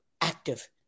active